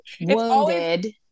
wounded